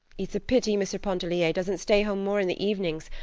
it's a pity mr. pontellier doesn't stay home more in the evenings.